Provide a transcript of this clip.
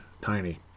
tiny